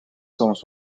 somos